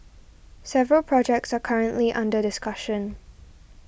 several projects are currently under discussion